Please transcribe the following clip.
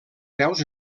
peus